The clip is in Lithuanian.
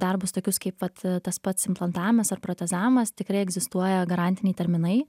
darbus tokius kaip vat tas pats implantavimas ar protezavimas tikrai egzistuoja garantiniai terminai